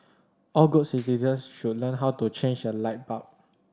all good citizens should learn how to change a light bulb